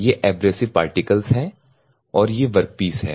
ये abrasive particles हैं और ये वर्कपीस हैं